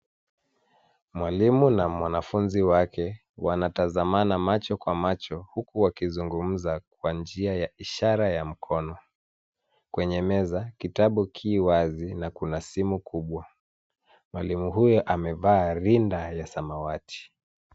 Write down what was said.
Mwalimu na mwanafunzi wake wanatazamana macho kwa macho, huku wakizungumza kwa njia ya ishara ya mkono. Kwenye meza kitabu ki wazi na kuna simu kubwa. Mwalimu huyu amevaa rinda la samawati.